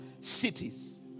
cities